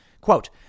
quote